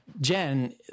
Jen